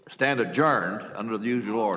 standard german under the usual or